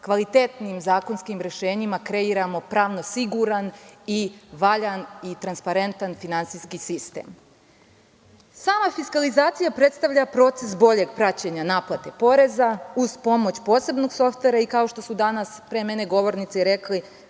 kvalitetnim zakonskim rešenjima kreiramo pravno siguran i valjan i transparentan finansijski sistem. Sama fiskalizacija predstavlja proces boljeg praćenja naplate poreza uz pomoć posebnog softvera i kao što su danas pre mene govornici rekli,